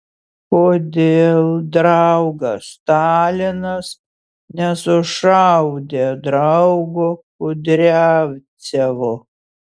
kodėl draugas stalinas nesušaudė draugo kudriavcevo